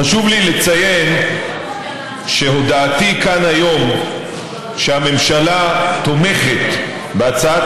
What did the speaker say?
חשוב לי לציין שהודעתי כאן היום שהממשלה תומכת בהצעת